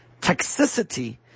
toxicity